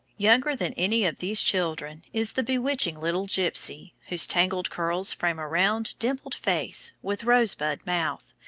younger than any of these children is the bewitching little gypsy, whose tangled curls frame a round, dimpled face, with rosebud mouth,